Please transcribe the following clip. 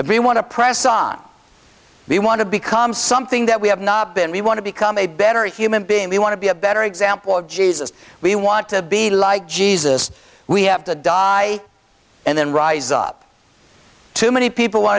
if we want to press on we want to become something that we have not been we want to become a better human being we want to be a better example of jesus we want to be like jesus we have to die and then rise up too many people want